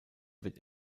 wird